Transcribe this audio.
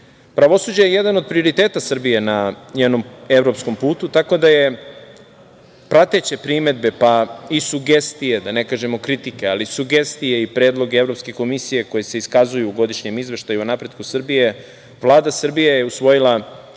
44.Pravosuđe je jedan od prioriteta Srbije na njenom evropskom putu, tako da je prateće primedbe, pa i sugestije, da ne kažemo kritike, ali sugestije i predloge Evropske komisije koje se iskazuju u godišnjem izveštaju o napretku Srbije, Vlada Srbije je usvojila